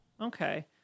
Okay